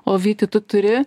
o vyti tu turi